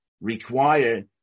require